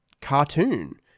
cartoon